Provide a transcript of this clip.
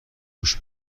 گوش